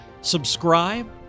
subscribe